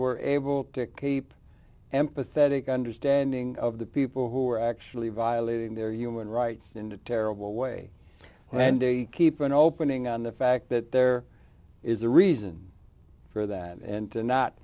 were able to keep empathetic understanding of the people who are actually violating their human rights in a terrible way when they keep on opening on the fact that there is a reason for that and to not